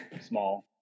small